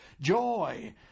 joy